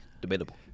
Debatable